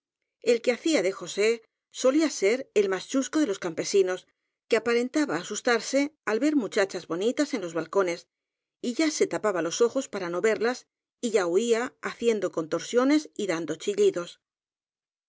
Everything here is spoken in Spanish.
el que hacía de josé solía ser el más chusco de los campesinos que aparentaba asustarse al ver mu chachas bonitas en los balcones y ya se tapaba los ojos para no verlas y ya huía haciendo contorsio nes y dando chillidos